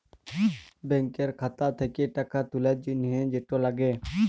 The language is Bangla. ব্যাংকের খাতা থ্যাকে টাকা তুলার জ্যনহে যেট লাগে